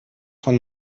von